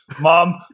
Mom